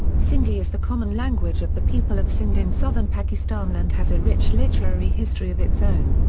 sindhi is the common language of the people of sindh in southern pakistan and has a rich literary history of its own,